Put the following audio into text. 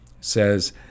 says